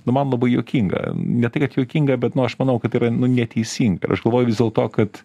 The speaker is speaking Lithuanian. nu man labai juokinga ne tai kad juokinga bet nu aš manau kad tai yra nu neteisinga ir aš galvoju vis dėlto kad